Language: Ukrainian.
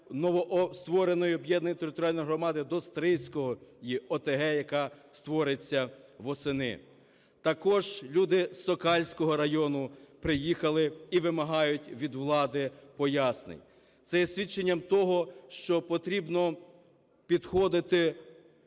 новоствореної об'єднаної територіальної громади до Стрийської ОТГ, яка створиться восени. Також люди Сокальського району приїхали і вимагають від влади пояснень. Це є свідченням того, що потрібно підходити